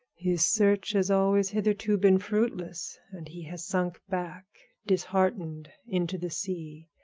his search has always hitherto been fruitless, and he has sunk back, disheartened, into the sea.